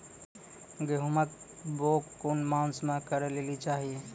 गेहूँमक बौग कून मांस मअ करै लेली चाही?